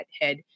head